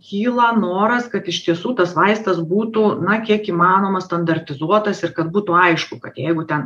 kyla noras kad iš tiesų tas vaistas būtų na kiek įmanoma standartizuotas ir kad būtų aišku kad jeigu ten